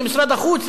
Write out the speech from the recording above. למשרד החוץ,